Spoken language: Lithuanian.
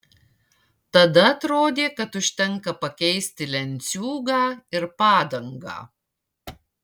tada atrodė kad užtenka pakeisti lenciūgą ir padangą